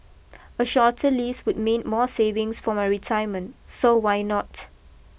a shorter lease would mean more savings for my retirement so why not